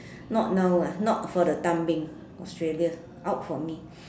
not now ah not for the time being Australia out for me